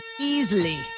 easily